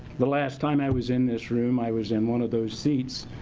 the last time i was in this room i was in one of those seats,